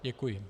Děkuji.